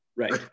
Right